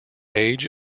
age